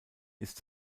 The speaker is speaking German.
ist